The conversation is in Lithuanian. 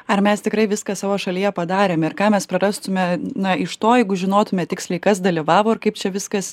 ar mes tikrai viską savo šalyje padarėme ir ką mes prarastume na iš to jeigu žinotume tiksliai kas dalyvavo ir kaip čia viskas